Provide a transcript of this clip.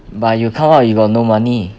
but you come out you got no money